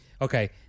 okay